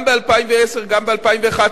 גם ב-2010 וגם ב-2011.